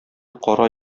кара